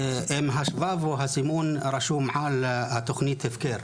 אם השבב הוא סימון שרשום על תוכנית ההפקר,